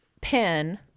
pen